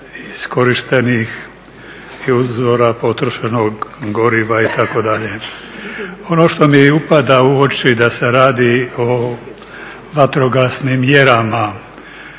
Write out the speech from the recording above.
iskorištenih izvora i istrošenog goriva itd. Ono što mi upada u oči da se radi o vatrogasnim mjerama